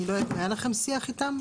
אני לא יודעת הם היה לכם שיח איתם,